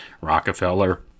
Rockefeller